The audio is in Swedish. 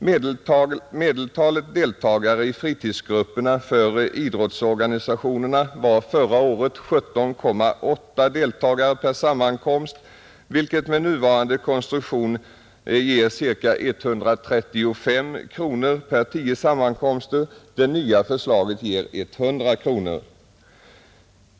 Medeltalet deltagare i fritidsgrupperna för idrottsorganisationerna var förra året 17,8 per sammankomst, vilket med nuvarande konstruktion ger ca 135 kronor per 10 sammankomster, medan det nya förslaget ger 100 kronor.